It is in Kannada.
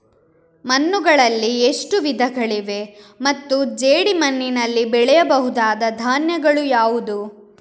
ಮಣ್ಣುಗಳಲ್ಲಿ ಎಷ್ಟು ವಿಧಗಳಿವೆ ಮತ್ತು ಜೇಡಿಮಣ್ಣಿನಲ್ಲಿ ಬೆಳೆಯಬಹುದಾದ ಧಾನ್ಯಗಳು ಯಾವುದು?